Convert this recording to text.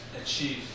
achieve